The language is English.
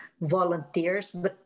volunteers